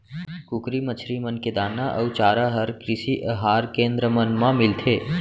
कुकरी, मछरी मन के दाना अउ चारा हर कृषि अहार केन्द्र मन मा मिलथे